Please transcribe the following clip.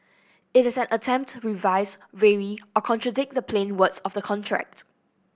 it is an attempt to revise vary or contradict the plain words of the contract